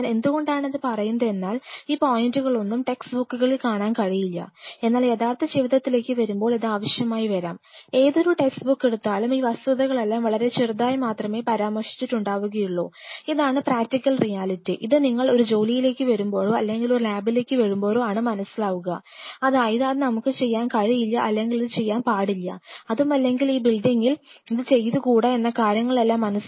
ഞാൻ എന്തുകൊണ്ടാണ് ഇത് പറയുന്നത് എന്നാൽ ഈ പോയിന്റുകളൊന്നും ടെക്സ്റ്റ് ബുക്കുകളിൽ കാണാൻ കഴിയില്ല എന്നാൽ യഥാർത്ഥ ജീവിതത്തിലേക്ക് ഇത് ചെയ്തുകൂടാ എന്ന കാര്യങ്ങളെല്ലാം മനസ്സിലാകണമെങ്കിൽ പ്രാക്ടിക്കൽ അറിവ് ആവശ്യമാണ്